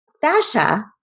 Fascia